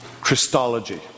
Christology